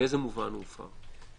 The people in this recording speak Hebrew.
באיזה מובן הוא הופר?